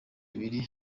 bibiri